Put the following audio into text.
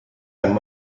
and